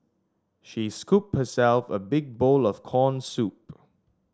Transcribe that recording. she scooped herself a big bowl of corn soup